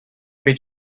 bet